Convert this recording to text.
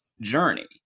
journey